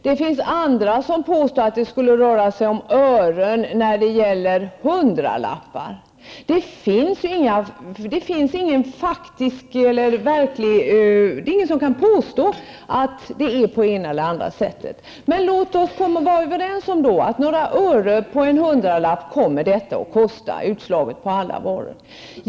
Det finns de som påstår att det rör sig om några ören på en hundralapp. Men det är ingen som kan påstå att det verkligen är på det ena eller på det andra sättet. Men låt oss vara överens om att det är några ören på en hundralapp utslaget på alla varor.